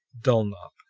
dulnop,